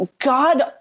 god